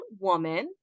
Woman